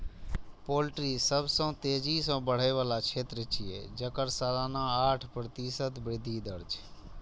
poultry सबसं तेजी सं बढ़ै बला क्षेत्र छियै, जेकर सालाना आठ प्रतिशत वृद्धि दर छै